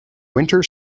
winter